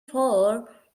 for